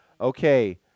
Okay